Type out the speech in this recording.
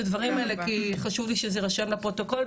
הדברים האלה כי חשוב לי שזה ירשם בפרוטוקול.